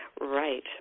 right